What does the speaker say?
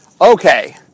Okay